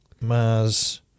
Mars